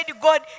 God